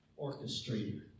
orchestrator